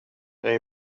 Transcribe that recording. they